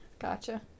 Gotcha